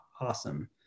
awesome